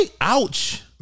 Ouch